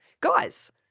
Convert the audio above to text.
Guys